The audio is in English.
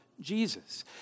Jesus